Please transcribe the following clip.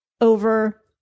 over